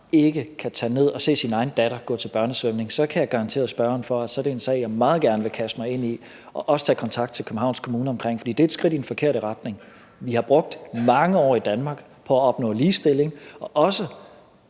ikke kan tage ned at se sin egen datter gå til børnesvømning, så kan jeg garantere spørgeren for, at det så er en sag, jeg meget gerne vil kaste mig ind i – og også tage kontakt til Københavns Kommune omkring. For det er et skridt i den forkerte retning. Vi har brugt mange år i Danmark på at opnå ligestilling og også